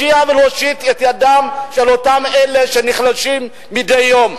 אני רוצה להושיע ולהושיט יד לאותם שנחלשים מדי יום.